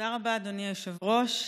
תודה רבה, אדוני היושב-ראש.